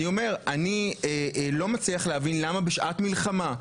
אני לא מצליח להבין למה בשעת מלחמה,